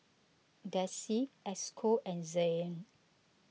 Desi Esco and Zain